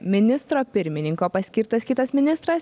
ministro pirmininko paskirtas kitas ministras